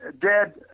Dad